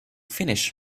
finish